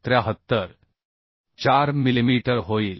4 millimetre होईल